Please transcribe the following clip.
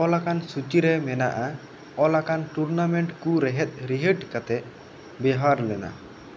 ᱚᱞ ᱟᱠᱟᱱ ᱥᱩᱪᱤᱨᱮ ᱢᱮᱱᱟᱜᱼᱟ ᱚᱞ ᱟᱠᱟᱱ ᱴᱩᱨᱱᱟᱢᱮᱱᱴ ᱠᱚ ᱨᱮᱦᱮᱫ ᱨᱤᱦᱤᱴ ᱠᱟᱛᱮᱜ ᱵᱮᱣᱦᱟᱨ ᱞᱮᱱᱟ